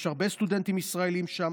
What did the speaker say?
יש הרבה סטודנטים ישראלים שם.